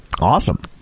Awesome